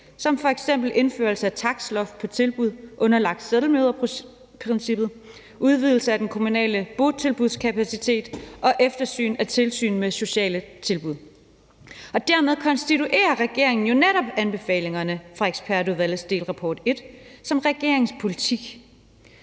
som f.eks. indførelse af takstloft på tilbud underlagt selvmøderprincippet, udvidelse af den kommunale botilbudskapacitet og eftersyn af tilsyn med sociale tilbud. Dermed konstituerer regeringen jo netop anbefalingerne fra ekspertudvalgets første delrapport som regeringens politik.